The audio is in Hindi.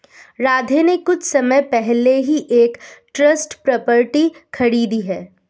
राधे ने कुछ समय पहले ही एक ट्रस्ट प्रॉपर्टी खरीदी है